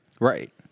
Right